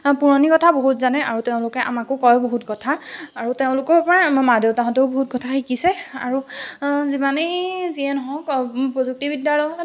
পুৰণি কথা বহুত জানে আৰু তেওঁলোকে আমাকো কয় বহুত কথা আৰু তেওঁলোকৰপৰা আমাৰ মা দেউতাহঁতেও বহুত কথা শিকিছে আৰু যিমানেই যি নহওক প্ৰযুক্তি বিদ্যাৰ লগত